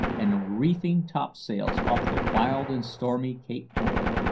and reefing topsails off the wild and stormy cape horn.